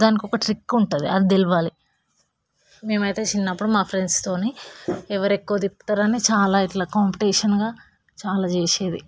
దానికి ఒక ట్రిక్ ఉంటుంది అది తెలవాలి మేమైతే చిన్నప్పుడు మా ఫ్రెండ్స్తో ఎవరు ఎక్కువ తిప్పుతారు అని చాలా ఇట్లా కాంపిటీషన్గా చాలా చేసేది